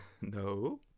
No